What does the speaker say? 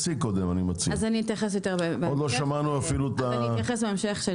- אתייחס בהמשך.